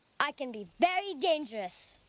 i can be very dangerous.